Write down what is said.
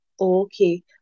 okay